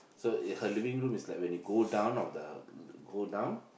so it her living room is like when you go down of the go down